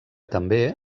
també